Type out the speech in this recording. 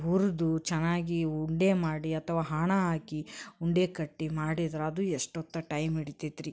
ಹುರಿದು ಚೆನ್ನಾಗಿ ಉಂಡೆ ಮಾಡಿ ಅಥವಾ ಹಾಣ ಹಾಕಿ ಉಂಡೆ ಕಟ್ಟಿ ಮಾಡಿದ್ರೆ ಅದು ಎಷ್ಟೊತ್ತು ಟೈಮ್ ಹಿಡಿತೈತೆ ರೀ